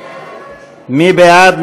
מי בעד?